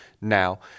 now